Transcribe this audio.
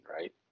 right